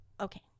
Okay